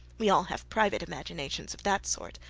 we all have private imaginations of that sort.